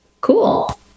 cool